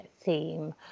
theme